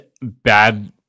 bad